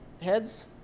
heads